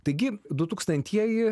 taigi du tūkstantieji